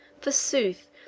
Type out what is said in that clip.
forsooth